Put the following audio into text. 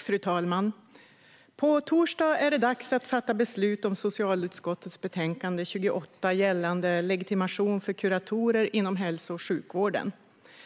Fru talman! På torsdag är det dags att fatta beslut om socialutskottets betänkande 28 gällande legitimation för kuratorer inom hälso och sjukvården.